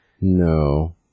No